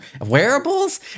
Wearables